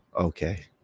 okay